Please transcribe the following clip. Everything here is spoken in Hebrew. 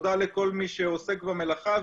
תודה לכל מי שעוסק במלאכה.